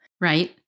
Right